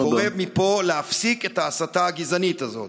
אני קורא מפה להפסיק את ההסתה הגזענית הזאת.